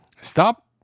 stop